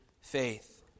faith